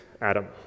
Adam